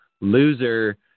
loser